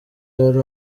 yari